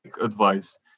advice